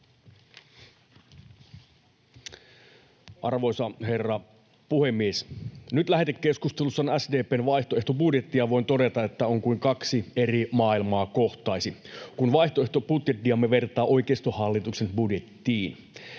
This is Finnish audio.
Arvoisa herra puhemies! Nyt lähetekeskustelussa on SDP:n vaihtoehtobudjetti, ja voin todeta, että on kuin kaksi eri maailmaa kohtaisivat, kun vaihtoehtobudjettiamme vertaa oikeistohallituksen budjettiin.